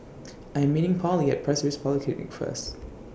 I Am meeting Pollie At Pasir Ris Polyclinic First